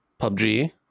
PUBG